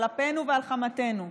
על אפנו ועל חמתנו,